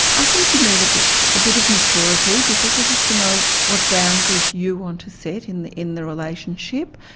i think you need a bit ah bit of maturity, because you have to know what boundaries you want to set in the in the relationship,